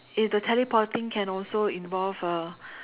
if the teleporting can also involve uh